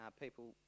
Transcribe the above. people